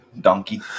Donkey